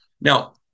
Now